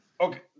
Okay